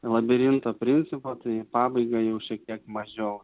labirinto principu tai į pabaigą jau šiek tiek mažiau